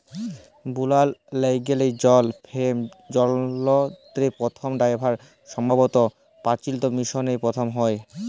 বুলার ল্যাইগে জল ফেম যলত্রের পথম ব্যাভার সম্ভবত পাচিল মিশরে পথম হ্যয়